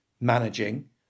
managing